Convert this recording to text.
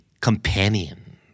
companion